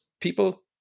people